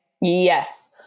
Yes